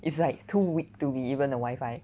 it's like too weak to be even a wifi